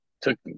took